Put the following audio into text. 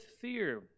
fear